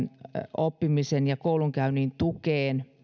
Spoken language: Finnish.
oppimisen ja koulunkäynnin tukeen